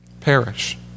perish